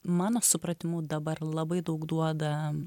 mano supratimu dabar labai daug duoda